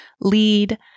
lead